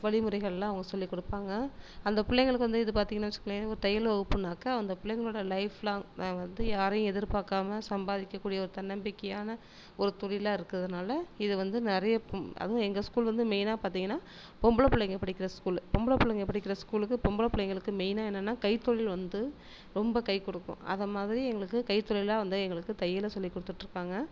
வழிமுறைகள்லாம் அவங்க சொல்லி கொடுப்பாங்க அந்த பிள்ளைங்களுக்கு வந்து இது பார்த்தீங்கன்னா வச்சுகோங்களேன் ஒரு தையல் வகுப்புனாக்கா அந்த பிள்ளைங்களோட ஃலைப் லாங் நான் வந்து யாரையும் எதிர்பாக்காமல் சம்பாதிக்க கூடிய ஒரு தன்னம்பிக்கையான ஒரு தொழிலாக இருக்கிறதுனால இது வந்து நிறைய பொ அதுவும் எங்கள் ஸ்கூல் வந்து மெயினாக பார்த்தீங்கன்னா பொம்பளை பிள்ளைங்க படிக்கிற ஸ்கூலு பொம்பளை பிள்ளைங்க படிக்கிற ஸ்கூலுக்கு பொம்பளை பிள்ளைங்களுக்கு மெயினாக என்னான்னா கைத்தொழில் வந்து ரொம்ப கை கொடுக்கும் அத மாதிரி எங்களுக்கு கைத்தொழிலாக வந்து எங்களுக்கு தையலை சொல்லி கொடுத்துட்ருக்காங்க